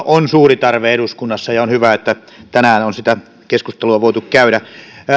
on suuri tarve eduskunnassa ja on hyvä että tänään on sitä keskustelua voitu käydä